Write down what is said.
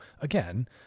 again